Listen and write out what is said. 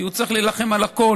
כי הוא צריך להילחם על הכול,